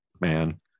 man